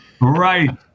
right